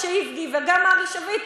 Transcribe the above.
גם משה איבגי וגם ארי שביט,